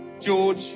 George